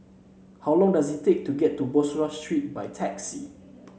how long does it take to get to Bussorah Street by taxi